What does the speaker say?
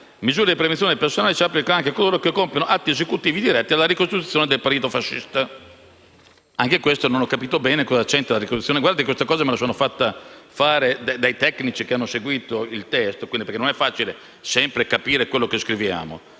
misure di prevenzione personali si applicano anche a coloro che compiono atti esecutivi diretti alla ricostituzione del partito fascista. Anche questo non ho capito bene cosa c'entri. Colleghi, mi sono avvalso dell'aiuto di tecnici che hanno seguito il testo, perché non è sempre facile capire quello che scriviamo.